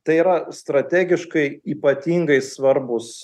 tai yra strategiškai ypatingai svarbūs